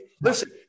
Listen